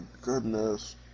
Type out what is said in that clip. goodness